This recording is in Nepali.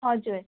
हजुर